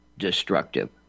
destructive